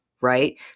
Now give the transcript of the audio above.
Right